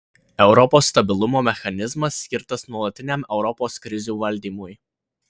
europos stabilumo mechanizmas skirtas nuolatiniam europos krizių valdymui